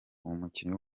umukinnyi